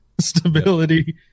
Stability